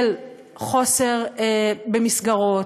של חוסר במסגרות,